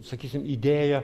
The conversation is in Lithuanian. sakysim idėja